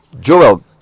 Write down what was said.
Joel